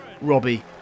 Robbie